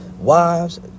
Wives